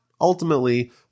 ultimately